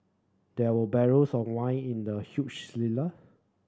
there were barrels of wine in the huge cellar